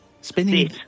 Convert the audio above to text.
Spinning